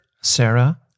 Sarah